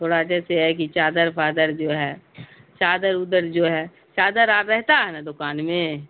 تھوڑا جیسے ہے کہ چادر فادر جو ہے چادر اودر جو ہے چادر آر رہتا ہے نا دکان میں